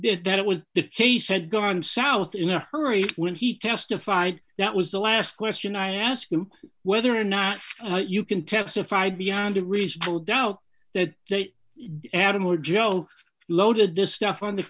bit that it was the case had gone south in a hurry that when he testified that was the last question i asked him whether or not you can testify beyond a reasonable doubt that they added more jokes loaded this stuff on the